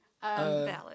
valid